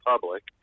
public